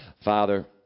Father